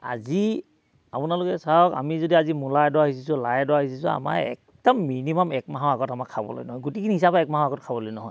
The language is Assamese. আজি আপোনালোকে চাওক আমি যদি আজি মূলা এডৰা সিচিছোঁ লাই এডৰা সিচিছোঁ আমাৰ একদম মিনিমাম এক মাহৰ আগত আমাক খাবলৈ নহয় গোটেইখিনি হিচাপে এক মাহৰ আগত খাবলৈ নহয়